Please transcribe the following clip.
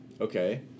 okay